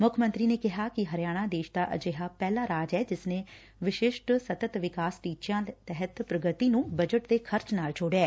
ਮੁੱਖ ਮੰਤਰੀ ਨੇ ਕਿਹਾ ਕਿ ਹਰਿਆਣਾ ਦੇਸ਼ ਦਾ ਅਜਿਹਾ ਪਹਿਲਾ ਰਾਜ ਐ ਜਿਸ ਨੇ ਵਿਸਿਸਟ ਸੱਤਤ ਵਿਕਾਸ ਟੀਚਿਆਂ ਤਹਿਤ ਪ੍ਰਗਤੀ ਨੂੰ ਬਜਟ ਦੇ ਖ਼ਰਚ ਨਾਲ ਜੋੜਿਐ